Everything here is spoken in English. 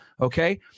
okay